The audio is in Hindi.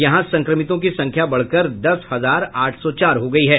यहां संक्रमितों की संख्या बढ़कर दस हजार आठ सौ चार हो गयी है